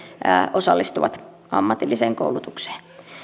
osallistuvat ammatilliseen koulutukseen